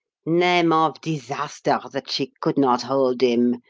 name of disaster! that she could not hold him,